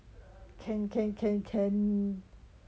can can can can